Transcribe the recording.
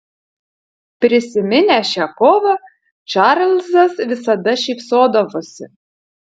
prisiminęs šią kovą čarlzas visada šypsodavosi